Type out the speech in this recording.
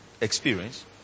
experience